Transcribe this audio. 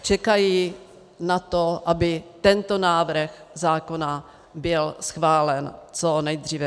Čekají na to, aby tento návrh zákona byl schválen co nejdříve.